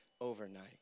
overnight